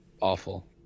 awful